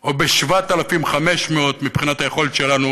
או ב-7,500 מבחינת היכולת שלנו